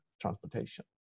transportation